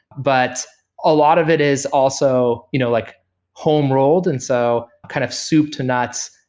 but a lot of it is also you know like home-rolled, and so kind of soup to nuts,